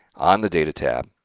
on the data tab,